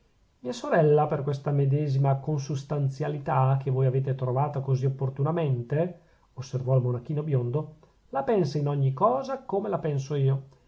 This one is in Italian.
mia sorella per questa medesima consustanzialità che voi avete trovata così opportunamente osservò il monachino biondo la pensa in ogni cosa come la penso io